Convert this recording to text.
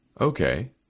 Okay